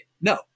No